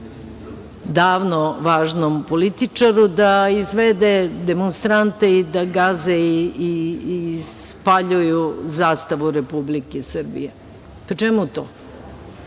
davno važnom političaru, da izvede demonstrante i da gaze i spaljuju zastavu Republike Srbije. Čemu to? Ko